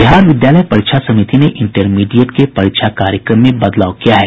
बिहार विद्यालय परीक्षा समिति ने इंटरमीडिएट के परीक्षा कार्यक्रम में बदलाव किया है